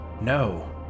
No